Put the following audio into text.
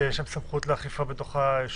שתהיה שם סמכות לאכיפה בתוך היישוב,